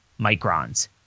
microns